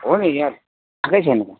हो नि यार आएकै छैन त